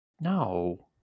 No